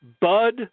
Bud